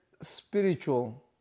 spiritual